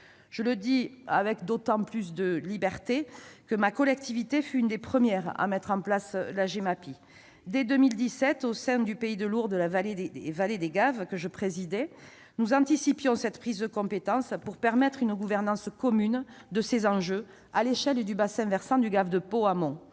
Je le dis avec d'autant plus de liberté que ma collectivité fut l'une des premières à mettre en place la Gemapi. Dès 2017, au sein du Pays de Lourdes et des vallées des Gaves, que je présidais, nous anticipions cette prise de compétence pour permettre une gouvernance commune de ces enjeux à l'échelle du bassin versant du gave de Pau amont.